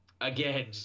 again